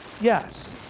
yes